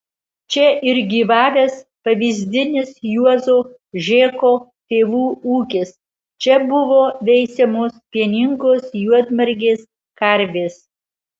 čia ir gyvavęs pavyzdinis juozo žėko tėvų ūkis čia buvo veisiamos pieningos juodmargės karvės